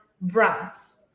brands